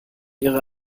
ihre